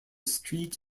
street